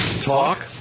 talk